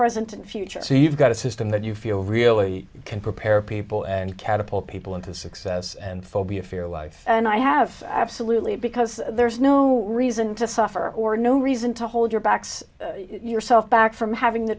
present and future so you've got a system that you feel really can prepare people and catapult people into success and phobia for your life and i have absolutely because there's no reason to suffer or no reason to hold your backs yourself back from having